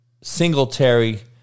Singletary